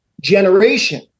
generation